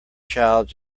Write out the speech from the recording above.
child